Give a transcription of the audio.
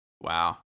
Wow